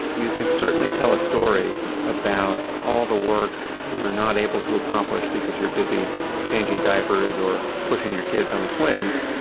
you can certainly tell a story about all the work you're not able to accomplish because you're busy changing diapers or pushing your kids on the swings,